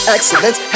Excellence